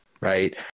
right